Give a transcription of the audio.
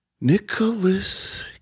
Nicholas